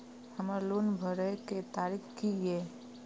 हमर लोन भरए के तारीख की ये?